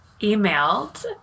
emailed